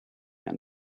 and